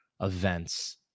events